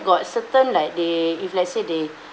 got certain like they if let's say they